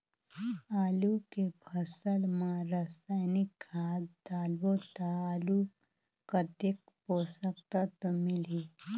आलू के फसल मा रसायनिक खाद डालबो ता आलू कतेक पोषक तत्व मिलही?